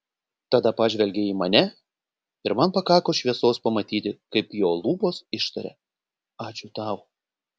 tada pažvelgė į mane ir man pakako šviesos pamatyti kaip jo lūpos ištaria ačiū tau